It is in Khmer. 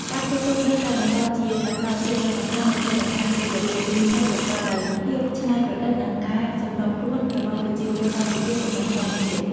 ការធ្វើទូកនៅតែបន្តជាសកម្មភាពដ៏សំខាន់ដែលឆ្លុះបញ្ចាំងពីរបៀបរស់នៅប្រកបដោយភាពច្នៃប្រឌិតនិងការសម្របខ្លួនរបស់ប្រជាជនកម្ពុជាទៅនឹងធម្មជាតិ។